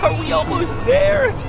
ah we almost there?